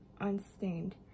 unstained